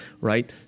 right